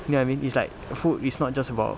ya I mean it's like food is not just about